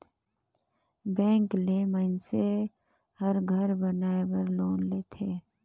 bank ले मइनसे हर घर बनाए बर लोन लेथे